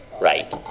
right